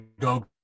go